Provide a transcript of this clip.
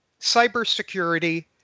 cybersecurity